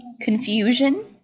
Confusion